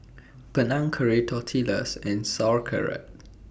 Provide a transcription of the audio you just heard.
Panang Curry Tortillas and Sauerkraut